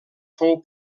fou